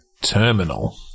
Terminal